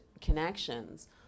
connections